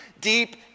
deep